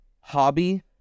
hobby